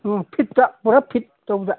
ꯑꯣ ꯐꯤꯠꯇ ꯄꯨꯔꯥ ꯐꯤꯠ ꯇꯧꯕꯗ